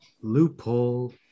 Loophole